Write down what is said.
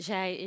Zij